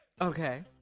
Okay